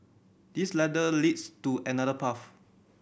this ladder leads to another path